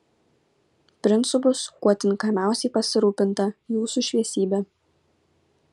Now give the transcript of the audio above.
princu bus kuo tinkamiausiai pasirūpinta jūsų šviesybe